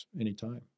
anytime